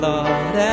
Lord